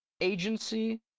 agency